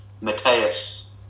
Mateus